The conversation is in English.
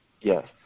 yes